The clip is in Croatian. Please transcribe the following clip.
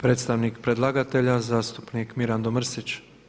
Predstavnik predlagatelja zastupnik Mirando Mrsić.